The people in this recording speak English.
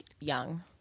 Young